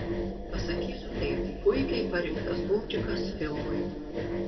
pasakysiu taip puikiai parinktas bumčikas filmui